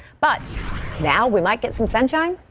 but now we might get some sunshine.